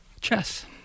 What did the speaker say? Chess